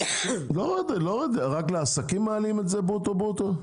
רק לעסקים מעלים את זה ברוטו-ברוטו,